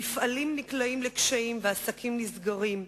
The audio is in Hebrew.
מפעלים נקלעים לקשיים ועסקים נסגרים,